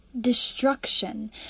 Destruction